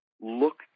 Look